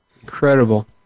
Incredible